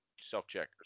self-checkers